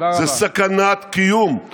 זו סכנת קיום,